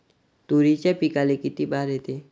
तुरीच्या पिकाले किती बार येते?